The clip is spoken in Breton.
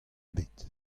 bet